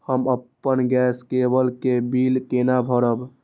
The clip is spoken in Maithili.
हम अपन गैस केवल के बिल केना भरब?